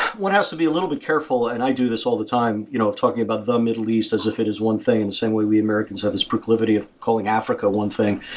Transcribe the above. one has to be a little bit careful, and i do this all the time, you know of talking about the middle east as if it is one thing in the same way we americans have this proclivity of calling africa one thing,